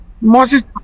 Moses